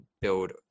build